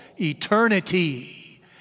eternity